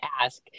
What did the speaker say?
ask